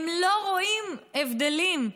הם לא רואים הבדלים,